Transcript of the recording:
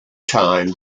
time